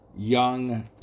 young